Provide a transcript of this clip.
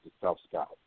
self-scout